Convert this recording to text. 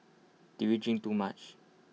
did we drink too much